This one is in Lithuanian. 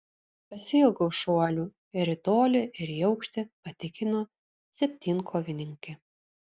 pasiilgau šuolių ir į tolį ir į aukštį patikino septynkovininkė